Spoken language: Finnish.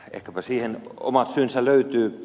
ehkäpä siihen omat syynsä löytyy